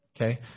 Okay